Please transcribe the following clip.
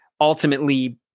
ultimately